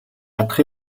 чадах